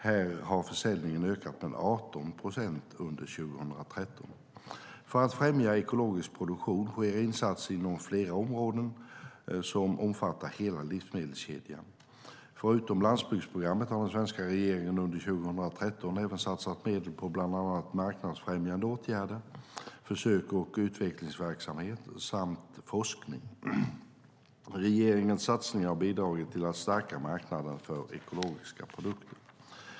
Här har försäljningen ökat med 18 procent under 2013. För att främja ekologisk produktion sker insatser inom flera områden som omfattar hela livsmedelskedjan. Förutom landsbygdsprogrammet har den svenska regeringen under 2013 även satsat medel på bland annat marknadsfrämjande åtgärder, försöks och utvecklingsverksamhet samt forskning. Regeringens satsningar har bidragit till att stärka marknaden för ekologiska produkter.